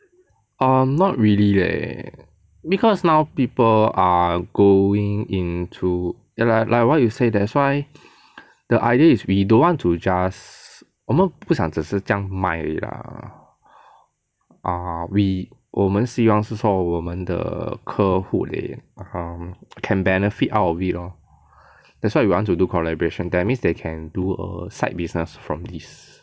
um not really leh because now people are going into ya lah like what you said that's why the idea is we don't want to just 我们不想只是这样卖而已 lah err we 我们希望是说我们的客户 they um can benefit out of it lor that's why we want to do collaboration that means they can do a side business from this